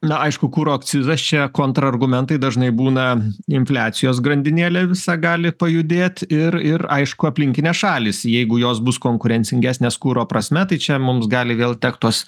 na aišku kuro akcizas šią kontrargumentai dažnai būna infliacijos grandinėlė visa gali pajudėt ir ir aišku aplinkinės šalys jeigu jos bus konkurencingesnės kuro prasme tai čia mums gali gal tekt tuos